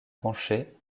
penché